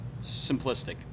simplistic